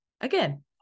Again